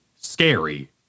scary